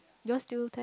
you all still tag